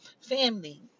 Family